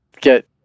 get